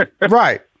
Right